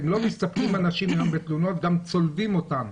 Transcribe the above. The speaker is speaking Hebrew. אנשים גם צולבים אותנו.